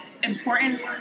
important